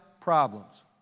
problems